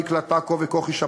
דקלה טקו וכוכי שבתאי,